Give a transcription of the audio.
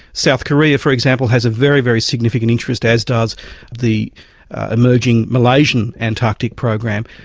south korea, for example, has a very, very significant interest, as does the emerging malaysian antarctic program.